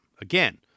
Again